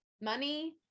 money